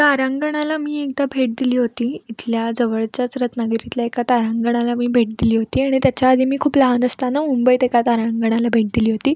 तारांंगणाला मी एकदा भेट दिली होती इथल्या जवळच्याच रत्नागिरीतल्या एका तारांंगणाला मी भेट दिली होती आणि त्याच्याआधी मी खूप लहान असताना मुंबईत एका तारांंगणाला भेट दिली होती